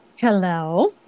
Hello